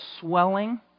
swelling